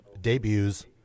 debuts